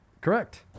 Correct